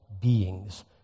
beings